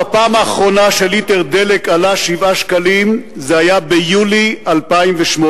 הפעם האחרונה שליטר דלק עלה 7 שקלים היתה ביולי 2008,